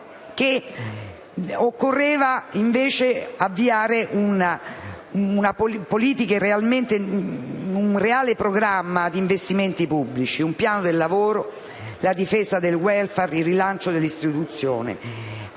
che si sarebbero dovuti avviare un reale programma di investimenti pubblici, un piano del lavoro, la difesa del *welfare* e il rilancio delle istituzioni.